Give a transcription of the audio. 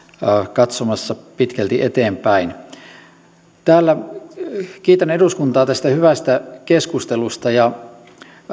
katsomassa pitkälti eteenpäin kiitän eduskuntaa tästä hyvästä keskustelusta ja